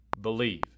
believe